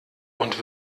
und